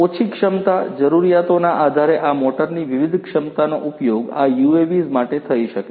ઓછી ક્ષમતા જરૂરિયાતોના આધારે આ મોટરની વિવિધ ક્ષમતાનો ઉપયોગ આ UAVs માટે થઈ શકે છે